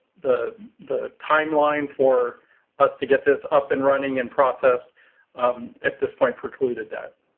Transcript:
the the timeline for us to get this up and running and processed at this point precluded that.